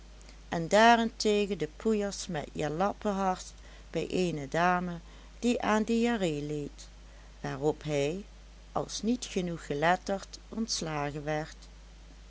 en daarentegen de poeiers met jalappeharst bij eene dame die aan diarrhee leed waarop hij als niet genoeg geletterd ontslagen werd